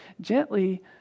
Gently